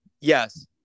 Yes